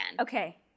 Okay